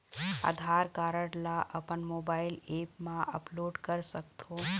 आधार card ला अपन mobile app मा अपलोड कर सकथों?